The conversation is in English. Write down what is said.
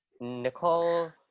nicole